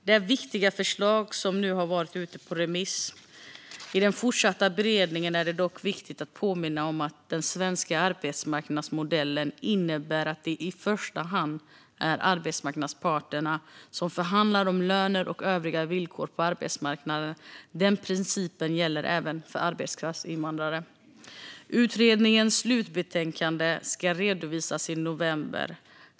Det är viktiga förslag som nu har varit ute på remiss. I den fortsatta beredningen är det dock viktigt att påminna om att den svenska arbetsmarknadsmodellen innebär att det i första hand är arbetsmarknadens parter som förhandlar om löner och övriga villkor på arbetsmarknaden. Den principen gäller även för arbetskraftsinvandrare. Utredningens slutbetänkande ska redovisas i november.